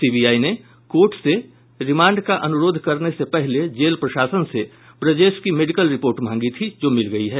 CBI ने court से remand का अनुरोध करने से पहले जेल प्रशासन से ब्रजेश की मेडिकल रिपोर्ट मांगी थी जो मिल गयी है